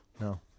No